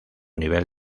nivel